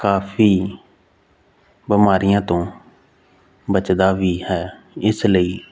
ਕਾਫੀ ਬਿਮਾਰੀਆਂ ਤੋਂ ਬਚਦਾ ਵੀ ਹੈ ਇਸ ਲਈ